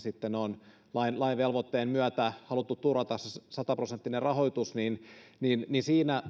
lain lain velvoitteen myötä on haluttu turvata se se sataprosenttinen rahoitus niin niin siinä